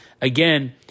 Again